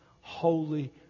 holy